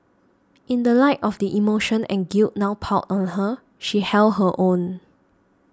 in the light of the emotion and guilt now piled on her she held her own